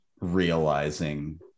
realizing